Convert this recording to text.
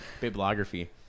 bibliography